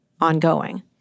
ongoing